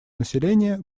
населения